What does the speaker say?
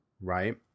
Right